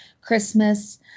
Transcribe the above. christmas